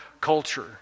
culture